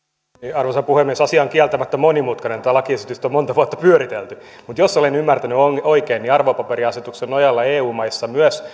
arvoisa puhemies asia on kieltämättä monimutkainen tätä lakiesitystä on monta vuotta pyöritelty mutta jos olen ymmärtänyt oikein niin arvopaperiasetuksen nojalla eu maissa myös